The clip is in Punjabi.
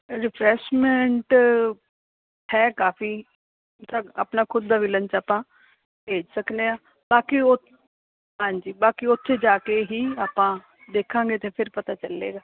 ਰਿਫਰੈਸ਼ਮੈਂਟ ਹੈ ਕਾਫ਼ੀ ਮਤਲਬ ਆਪਣਾ ਖੁਦ ਦਾ ਵੀ ਲੰਚ ਆਪਾਂ ਭੇਜ ਸਕਦੇ ਹਾਂ ਬਾਕੀ ਉਹ ਹਾਂਜੀ ਬਾਕੀ ਉੱਥੇ ਜਾ ਕੇ ਹੀ ਆਪਾਂ ਦੇਖਾਂਗੇ ਤਾਂ ਫੇਰ ਪਤਾ ਚੱਲੇਗਾ